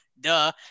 Duh